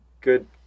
good